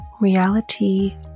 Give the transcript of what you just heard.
reality